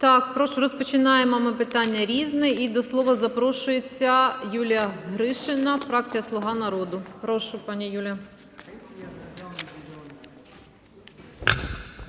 запис. Прошу, розпочинаємо ми питання "Різне". І до слова запрошується Юлія Гришина, фракція "Слуга народу". Прошу, пані Юлія.